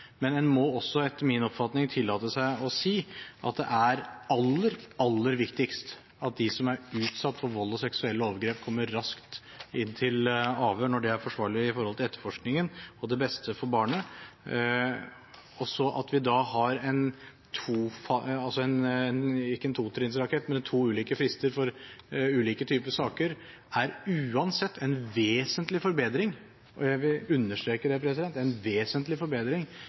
Men en må etter min oppfatning også tillate seg å si at det er aller, aller viktigst at de som er utsatt for vold og seksuelle overgrep, kommer raskt inn til avhør når det er forsvarlig med tanke på etterforskningen og det beste for barnet. At vi da har ikke en totrinnsrakett, men to ulike frister for ulike type saker, er uansett en vesentlig forbedring – jeg vil understreke det, en vesentlig forbedring